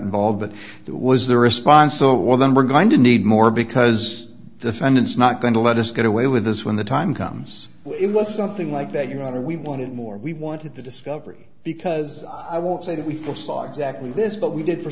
involved but there was the response oh well then we're going to need more because defendants not going to let us get away with this when the time comes but it was something like that your honor we wanted more we wanted the discovery because i won't say that we foresaw exactly this but we did for